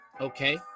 okay